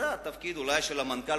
זה אולי התפקיד של המנכ"ל,